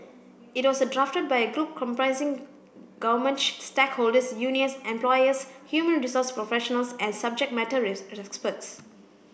it was drafted by a group comprising government stakeholders unions employers human resource professionals and subject matter